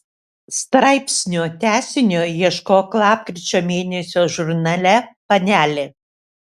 straipsnio tęsinio ieškok lapkričio mėnesio žurnale panelė